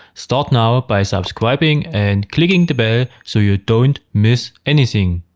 start now ah by subscribing and clicking the bell so you don't miss anything.